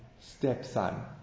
stepson